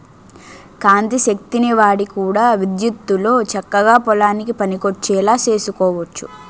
కాంతి శక్తిని వాడి కూడా విద్యుత్తుతో చక్కగా పొలానికి పనికొచ్చేలా సేసుకోవచ్చు